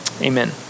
amen